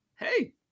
hey